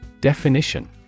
Definition